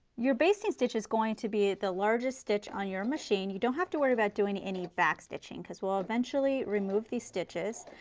your basting stitch is going to be the largest stitch on your machine, you don't have to worry about doing any back stitching, because we'll eventually remove these stitches.